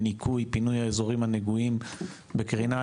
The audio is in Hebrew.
בניקוי ופינוי האזורים הנגועים בקרינה,